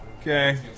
Okay